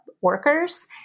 workers